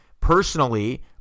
Personally